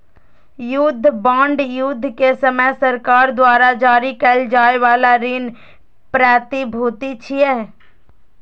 युद्ध बांड युद्ध के समय सरकार द्वारा जारी कैल जाइ बला ऋण प्रतिभूति छियै